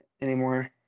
Anymore